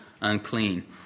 unclean